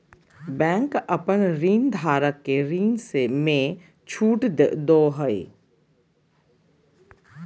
bank अपन ऋणधारक के ऋण में छुट दो हइ